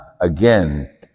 again